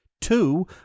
two